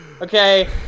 okay